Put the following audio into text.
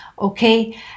Okay